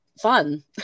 fun